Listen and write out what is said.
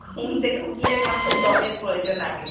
ঘুম থেকে উঠলেই মানুষের জলের প্রয়োজন আগে